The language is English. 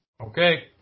Okay